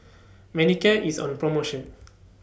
Manicare IS on promotion